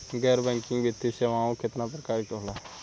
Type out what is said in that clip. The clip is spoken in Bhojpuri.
गैर बैंकिंग वित्तीय सेवाओं केतना प्रकार के होला?